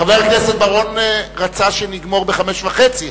חבר הכנסת בר-און רצה שנגמור ב-17:30,